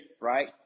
right